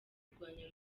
kurwanya